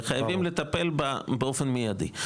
וחייבים לטפל בה באופן מידי.